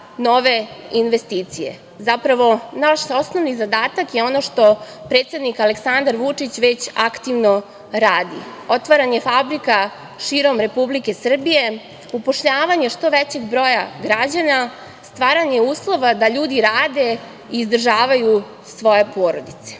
nove investicije, zapravo, naš osnovni zadatak je ono što predsednik Aleksandar Vučić već aktivno radi, otvaranje fabrika širom Republike Srbije, upošljavanje što većeg broja građana, stvaranje uslova da ljudi rade i izdržavaju svoje porodice.